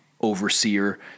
overseer